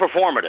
performative